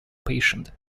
patient